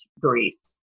Greece